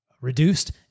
reduced